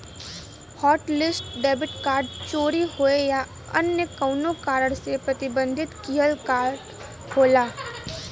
hotlist debit card चोरी होये या अन्य कउनो कारण से प्रतिबंधित किहल कार्ड होला